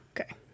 Okay